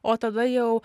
o tada jau